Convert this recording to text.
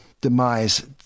demise